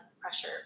pressure